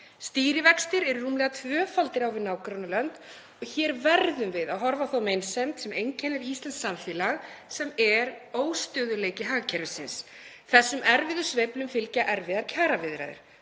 Stýrivextir eru rúmlega tvöfaldir á við nágrannalönd og hér verðum við að horfa á þá meinsemd sem einkennir íslenskt samfélag, sem er óstöðugleiki hagkerfisins. Þessum erfiðu sveiflum fylgja erfiðar kjaraviðræður.